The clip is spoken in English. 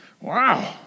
Wow